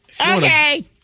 Okay